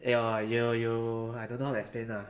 ya you you I don't know how to explain ah